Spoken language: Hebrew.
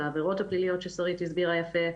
של העבירות הפליליות ששרית הסבירה יפה.